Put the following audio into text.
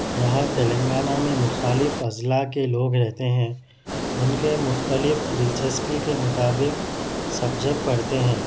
یہاں تلنگانہ میں مخالف اضلاع کے لوگ رہتے ہیں ان کے مختلف دلچسپی کے مطابق سبجیکٹ پڑھتے ہیں